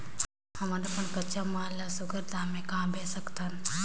हमन अपन कच्चा माल ल सुघ्घर दाम म कहा बेच सकथन?